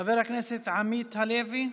חבר הכנסת עמית הלוי,